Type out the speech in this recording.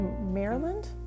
Maryland